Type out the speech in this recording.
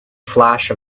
flash